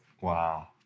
Wow